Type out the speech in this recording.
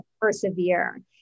persevere